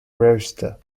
roster